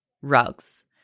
rugs